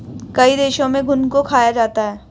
कई देशों में घुन को खाया जाता है